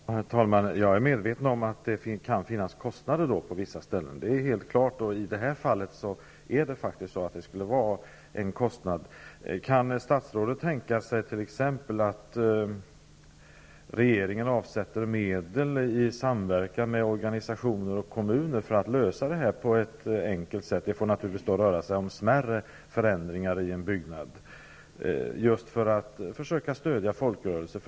Herr talman! Jag är medveten om att det kan innebära kostnader i vissa fall. I det relaterade fallet skulle det faktiskt bli en kostnad. Kan statsrådet t.ex. tänka sig att regeringen avsätter medel, i samverkan med organisationer och kommuner, för att lösa det hela på ett enkelt sätt? Naturligtvis får det i så fall röra sig om smärre förändringar i en byggnad, i syfte att stödja en folkrörelse.